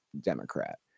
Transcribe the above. Democrat